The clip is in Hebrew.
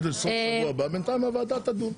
לסוף שבוע הבא ובינתיים הוועדה תדון.